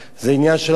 זה עניין של מוסר,